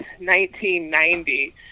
1990